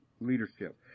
leadership